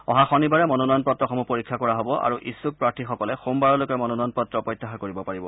অহা শনিবাৰে মনোনয়ন পত্ৰসমূহ পৰীক্ষা কৰা হ'ব আৰু ইচ্ছুক প্ৰাথীসকলে সোমবাৰলৈকে মনোনয়ন পত্ৰ প্ৰত্যাহাৰ কৰিব পাৰিব